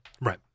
Right